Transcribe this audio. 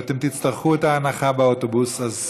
ואתם תצטרכו את ההנחה באוטובוס.